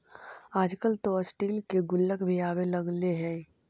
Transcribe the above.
आजकल तो स्टील के गुल्लक भी आवे लगले हइ